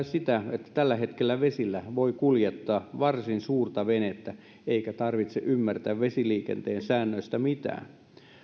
sitä että tällä hetkellä vesillä voi kuljettaa varsin suurta venettä eikä tarvitse ymmärtää vesiliikenteen säännöistä mitään